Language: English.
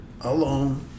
alone